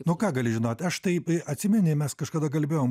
nu ką gali žinot aš tai atsimeni mes kažkada kalbėjom